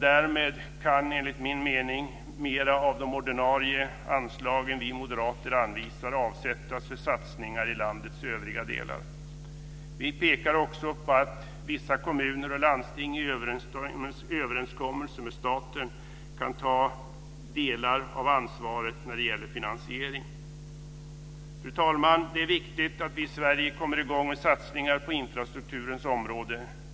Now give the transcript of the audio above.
Därmed kan mera av de ordinarie anslagen vi moderater anvisar avsättas för satsningar i övriga landets olika delar. Vi pekar också på att vissa kommuner och landsting i överenskommelser med staten kan ta delar av ansvaret när det gäller finansieringen. Fru talman! Det är viktigt att vi i Sverige kommer i gång med satsningar på infrastrukturens område.